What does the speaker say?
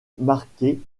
marquées